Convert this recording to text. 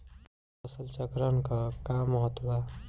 फसल चक्रण क का महत्त्व बा?